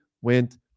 went